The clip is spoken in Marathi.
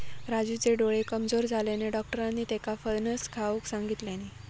राजूचे डोळे कमजोर झाल्यानं, डाक्टरांनी त्येका फणस खाऊक सांगितल्यानी